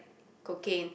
cocaine